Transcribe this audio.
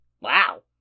Wow